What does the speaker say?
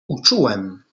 uczułem